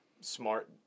smart